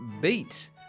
beat